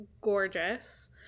gorgeous